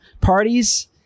parties